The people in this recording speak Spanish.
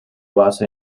base